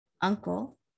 uncle